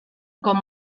com